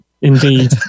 indeed